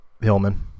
Hillman